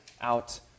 out